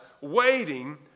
waiting